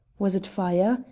was it fire?